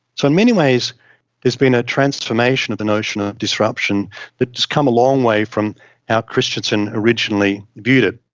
so in many ways there has been a transformation of the notion of disruption that has come a long way from how christensen originally viewed it.